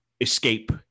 Escape